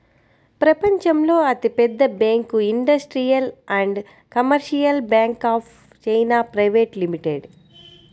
ప్రపంచంలో అతిపెద్ద bank industrial and commercial bank of China private limited